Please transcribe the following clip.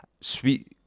Sweet